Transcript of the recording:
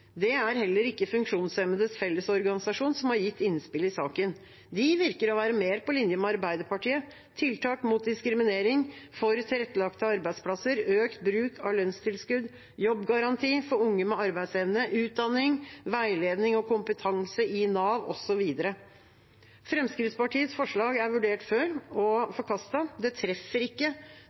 Det er heller ikke Funksjonshemmedes Fellesorganisasjon, som har gitt innspill i saken. De virker å være mer på linje med Arbeiderpartiet: tiltak mot diskriminering, for tilrettelagte arbeidsplasser, økt bruk av lønnstilskudd, jobbgaranti for unge med arbeidsevne, utdanning, veiledning og kompetanse i Nav osv. Fremskrittspartiets forslag er vurdert før og forkastet. Det treffer ikke